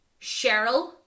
Cheryl